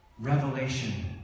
Revelation